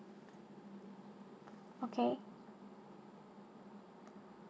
okay